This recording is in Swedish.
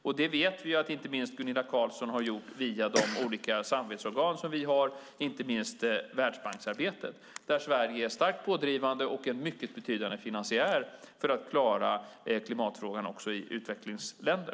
Vi vet att inte minst Gunilla Carlsson har gjort det via de olika samarbetsorgan som vi har, inte minst världsbanksarbetet, där Sverige är starkt pådrivande och en mycket betydande finansiär för att klara klimatfrågan också i utvecklingsländer.